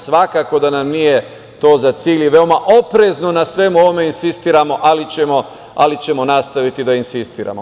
Svakako da nam nije to za cilj i veoma oprezno na svemu ovome insistiramo, ali ćemo nastaviti da insistiramo.